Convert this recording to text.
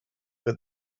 but